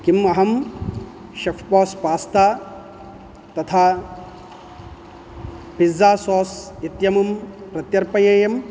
किम् अहं शेफ्बोस् पास्ता तथा पिज़्ज़ा सोस् इत्यमुं प्रत्यर्पयेयम्